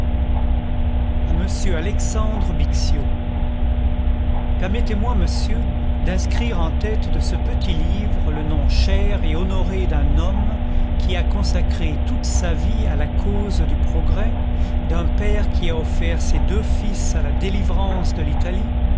a m alexandre bixio permettez-moi monsieur d'inscrire en tfite de ce oetit livre le nom cher et honoré d'un homme qui a consacré toute sa vie à la cause du progrès d'un père qui a offert ses deux fils à la délivrance de l'italie